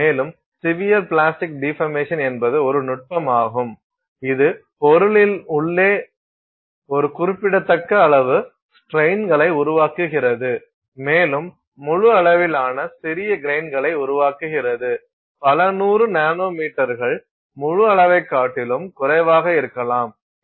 மேலும் severe plastic deformation என்பது ஒரு நுட்பமாகும் இது பொருளின் உள்ளே ஒரு குறிப்பிடத்தக்க அளவு ஸ்ட்ரெயின்களை உருவாக்குகிறது மேலும் முழு அளவிலான சிறிய கிரைன்களை உருவாக்குகிறது பல 100 நானோமீட்டர்கள் முழு அளவைக் காட்டிலும் குறைவாக இருக்கலாம்